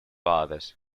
others